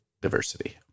diversity